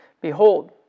Behold